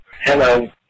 Hello